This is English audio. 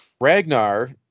Ragnar